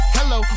Hello